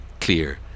clear